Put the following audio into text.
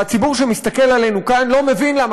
והציבור שמסתכל עלינו כאן לא מבין למה